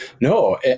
No